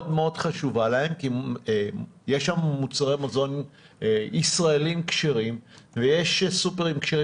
מאוד חשובה להם כי יש שם מוצרי מזון ישראליים כשרים ויש סופרים כשרים